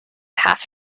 half